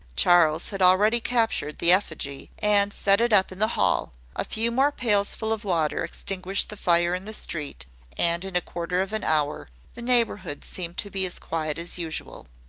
charles had already captured the effigy, and set it up in the hall a few more pailsful of water extinguished the fire in the street and in a quarter of an hour the neighbourhood seemed to be as quiet as usual.